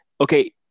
okay